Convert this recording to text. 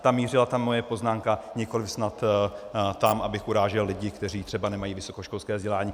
Tam mířila ta moje poznámka, nikoliv snad tam, abych urážel lidi, kteří třeba nemají vysokoškolské vzdělání.